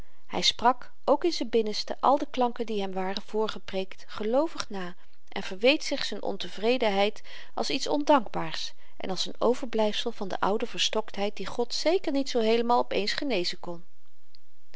hy sprak ook in z'n binnenste al de klanken die hem waren voorgepreekt geloovig na en verweet zich z'n ontevredenheid als iets ondankbaars en als n overblyfsel van de oude verstoktheid die god zeker niet zoo heelemaal op eens genezen kon